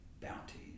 bounty